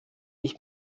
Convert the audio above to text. ich